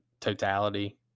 totality